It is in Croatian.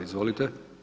Izvolite!